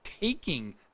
taking